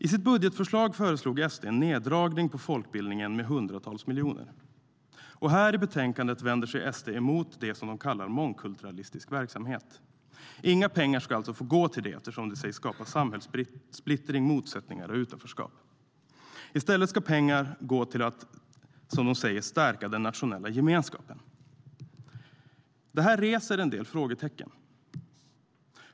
I sitt budgetförslag föreslog SD en neddragning på folkbildningen med hundratals miljoner. Här i betänkandet vänder sig SD emot det som de kallar för "mångkulturalistisk verksamhet". Inga pengar ska få gå till detta, eftersom det sägs skapa "samhällssplittring, motsättningar och utanförskap". I stället ska pengar gå till att, som de säger, "stärka den nationella gemenskapen". Det här reser en del frågetecken.